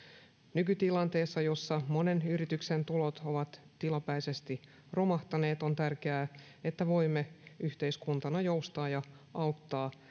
nykytilanteessa jossa monen yrityksen tulot ovat tilapäisesti romahtaneet on tärkeää että voimme yhteiskuntana joustaa ja auttaa